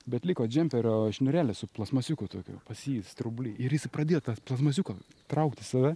bet liko džemperio šniūrelis su plasmasiuku tokiu pas jį straubly ir jisai pradėjo tą plasmasiuką traukt į save